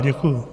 Děkuju.